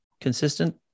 consistent